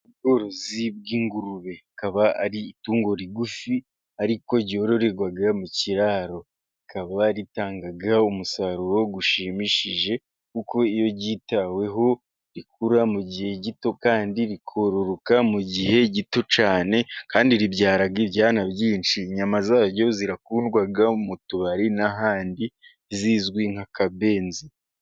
Ubworozi bw'ingurube, rikaba ari itungo rigufi ariko ryororerwa mu kiraro. Rikaba ritanga umusaruro ushimishije, kuko iyo ryitaweho rikura mu gihe gito, kandi rikororoka mu gihe gito cyane, kandi ribyara ibyana byinshi, inyama za ryo zirakundwa mu tubari n'ahandi, zizwi nk'akabenzi.